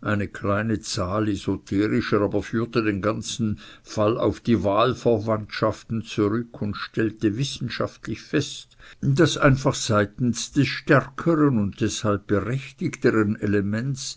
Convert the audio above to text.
eine kleine zahl esoterischer aber führte den ganzen fall auf die wahlverwandtschaften zurück und stellte wissenschaftlich fest daß einfach seitens des stärkeren und deshalb berechtigteren elements